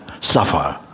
suffer